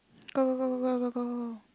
go go go go go go go go